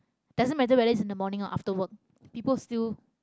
doesn't matter whether it's in the morning or after work people still